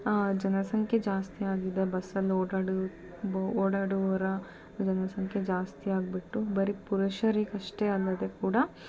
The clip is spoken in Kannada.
ಜನಸಂಖ್ಯೆ ಜಾಸ್ತಿ ಆಗಿದೆ ಬಸ್ಸಲ್ಲಿ ಓಡಾಡು ಓಡಾಡುವವರ ಜನಸಂಖ್ಯೆ ಜಾಸ್ತಿ ಆಗಿಬಿಟ್ಟು ಬರೀ ಪುರುಷರಿಗೆ ಅಷ್ಟೇ ಅಲ್ಲದೆ ಕೂಡ